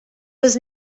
was